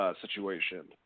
situation